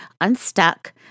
unstuck